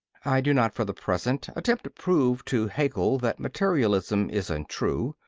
i do not for the present attempt to prove to haeckel that materialism is untrue,